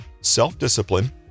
self-discipline